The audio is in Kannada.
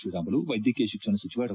ಶ್ರೀರಾಮುಲು ವೈದ್ಯಕೀಯ ಶಿಕ್ಷಣ ಸಚಿವ ಡಾ